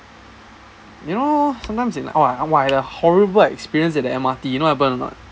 you know sometimes eh !wah! I had a horrible experience in the M_R_T you know what happened a not